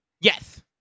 Yes